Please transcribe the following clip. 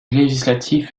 législative